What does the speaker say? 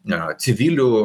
na civilių